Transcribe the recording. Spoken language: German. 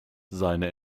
seine